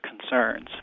concerns